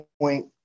point